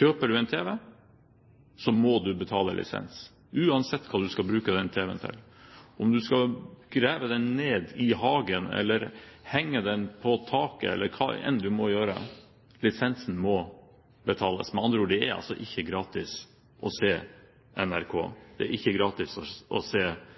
Kjøper du en tv, så må du betale lisens, uansett hva du skal bruke den tv-en til. Om du skal grave den ned i hagen, henge den på taket eller hva enn du måtte gjøre: Lisensen må betales. Med andre ord: Det er ikke gratis å se NRK, det er ikke gratis å se ski-VM. Noen prøver å